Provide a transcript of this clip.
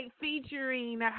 featuring